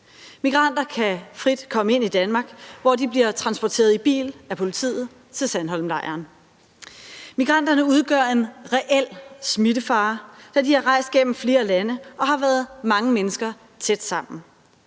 Migranter kan frit komme ind i Danmark, hvor de bliver transporteret i bil af politiet til Sandholmlejren. Migranterne udgør en reel smittefare, da de er rejst gennem flere lande og har været mange mennesker tæt sammen.